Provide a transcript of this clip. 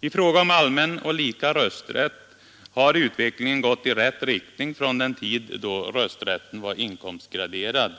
I fråga om allmän och lika rösträtt har utvecklingen gått i rätt riktning från den tid då rösträtten var inkomstgraderad.